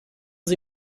sie